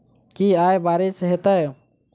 की आय बारिश हेतै?